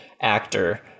actor